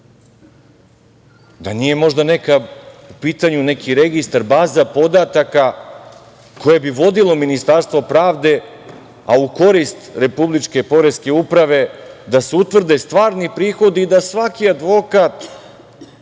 Da nije u pitanju neki registar, baza podataka koje bi vodilo Ministarstvo pravde, a u korist Republičke poreske uprava, da se utvrde stvarni prihodi i da svaki advokat